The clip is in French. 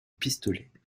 pistolet